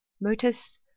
Motus